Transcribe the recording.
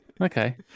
Okay